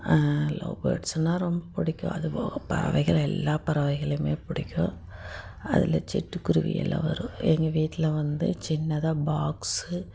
love பேர்ட்ஸ்ஸுன்னால் ரொம்ப பிடிக்கும் அதுபோக பறவைகள் எல்லாம் பறவைகளையுமே பிடிக்கும் அதில் சிட்டுக்குருவியெல்லாம் வரும் எங்கள் வீட்டில் வந்து சின்னதாக பாக்ஸ்ஸு